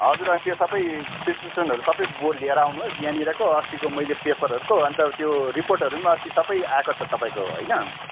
हजुर अनि त्यो सबै प्रिसक्रिपसनहरू सबै ल्याएर आउनुहोस् यहाँनिरको अस्तिको मैले पेपरहरूको अन्त त्यो रिपोर्टहरू पनि अस्ति सबै आएको छ तपाईँको होइन